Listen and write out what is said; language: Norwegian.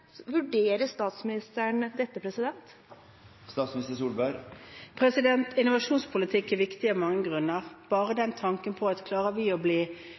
vurderer statsministeren dette? Innovasjonspolitikk er viktig av mange grunner. Klarer vi å bli bare